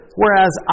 whereas